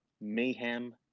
mayhem